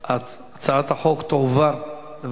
את הצעת חוק כתובת נוספת למשלוח לקטין (תיקוני חקיקה),